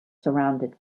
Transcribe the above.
surrounded